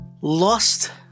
lost